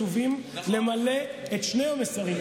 מצווים למלא את שני המסרים,